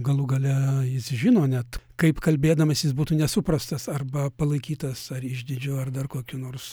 galų gale jis žino net kaip kalbėdamas jis būtų nesuprastas arba palaikytas ar išdidžiu ar dar kokiu nors